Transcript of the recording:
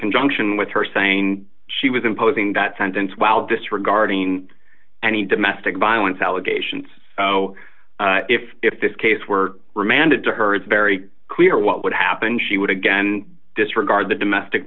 conjunction with her saying she was imposing that sentence while disregarding any domestic violence allegations so if if this case were remanded to her it's very clear what would happen she would again disregard the domestic